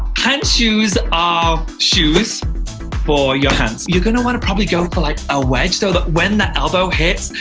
hand shoes are shoes for your hands. you're gonna wanna probably go for like a wedge so that when the elbow hits,